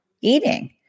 eating